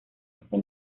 ese